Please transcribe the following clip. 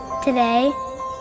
Today